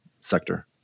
sector